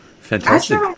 Fantastic